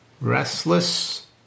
restless